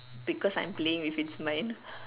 because I'm playing with its mind